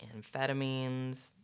amphetamines